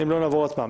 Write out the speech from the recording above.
אם לא, נעבור להצבעה.